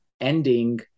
ending